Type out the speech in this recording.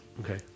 Okay